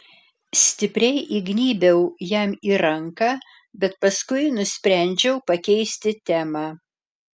stipriai įgnybiau jam į ranką bet paskui nusprendžiau pakeisti temą